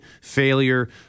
failure